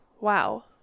Wow